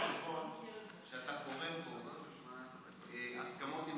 לא בא בחשבון שאתה פורם פה הסכמות עם